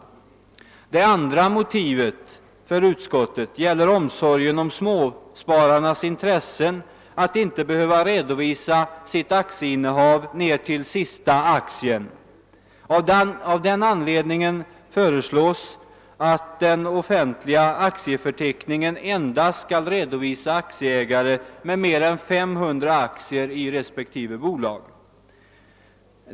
För det andra gäller det omsorgen om småspararnas intresse alt inte behöva redovisa sitt aktieinnehav ned till sista aktien. Av denna anledning föreslås att den offentliga aktieförteckningen endast skall redovisa aktieägare med mer än 500 aktier i respektive bolag.